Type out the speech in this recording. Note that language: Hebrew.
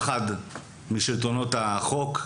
פחד משלטונות החוק.